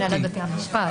הנהלת בתי המשפט.